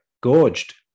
gorged